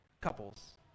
couples